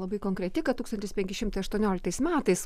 labai konkreti kad tūkstantis penki šimtai aštuonioliktais metais